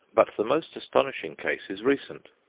but the most astonishing case is recent.